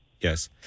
Yes